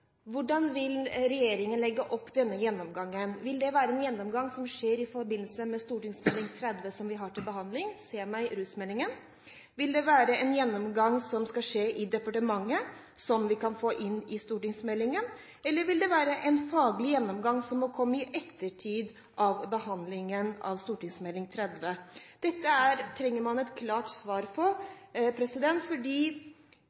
Hvordan vil regjeringen legge opp denne gjennomgangen? Vil det være en gjennomgang som skjer i forbindelse med rusmeldingen, Meld. St. 30, Se meg, som vi har til behandling? Vil det være en gjennomgang som skal skje i departementet, som vi kan få inn i stortingsmeldingen? Eller vil det være en faglig gjennomgang som må komme i ettertid av behandlingen av Meld. St. 30? Dette trenger man et klart svar